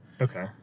Okay